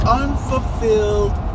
unfulfilled